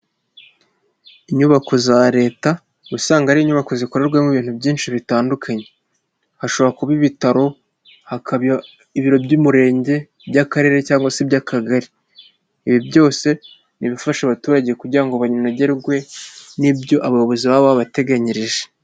Inyubako za leta, usanga ari inyubako zikorerwamo ibintu byinshi bitandukanye, hashobora kuba ibitaro, hakaba ibiro by'umurenge iby'akarere cyangwa se iby'akagari, ibi byose ni ibifasha abaturage kugira ngo banogerwe n'ibyo abayobozi baba babateganyirije.